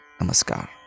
Namaskar